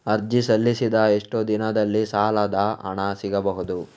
ಅರ್ಜಿ ಸಲ್ಲಿಸಿದ ಎಷ್ಟು ದಿನದಲ್ಲಿ ಸಾಲದ ಹಣ ಸಿಗಬಹುದು?